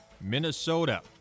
Minnesota